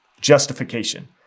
Justification